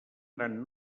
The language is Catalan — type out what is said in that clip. gran